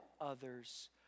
others